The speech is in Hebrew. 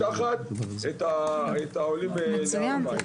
בפועל גדלתי ממש בבורות מוחלטת עד כדי כך שהיו שואלים אותי אגב,